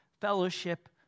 fellowship